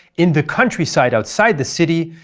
in the countryside outside the city,